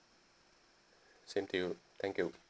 same to you thank you